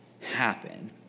happen